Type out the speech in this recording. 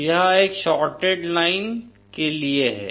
तो यह एक शॉर्टेड लाइन के लिए है